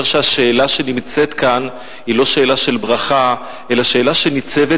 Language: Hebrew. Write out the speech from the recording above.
אומר שהשאלה שנמצאת כאן היא לא שאלה של ברכה אלא שאלה שניצבת